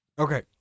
okay